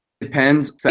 depends